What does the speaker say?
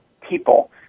people